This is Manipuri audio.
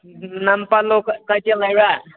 ꯅꯝꯐꯥꯂꯣꯡ ꯀꯩꯊꯦꯜ ꯍꯥꯏꯕ